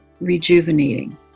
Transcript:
rejuvenating